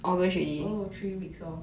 oh three weeks hor